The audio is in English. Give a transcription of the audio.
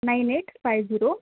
nine eight five zero